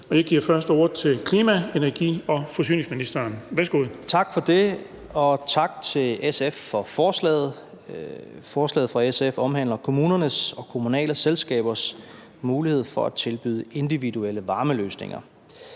Værsgo. Kl. 10:55 Klima-, energi- og forsyningsministeren (Dan Jørgensen): Tak for det, og tak til SF for forslaget. Forslaget fra SF omhandler kommunernes og kommunale selskabers mulighed for at tilbyde individuelle varmeløsninger.